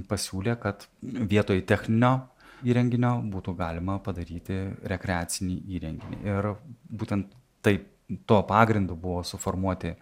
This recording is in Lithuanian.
pasiūlė kad vietoj techninio įrenginio būtų galima padaryti rekreacinį įrenginį ir būtent taip tuo pagrindu buvo suformuoti